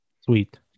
sweet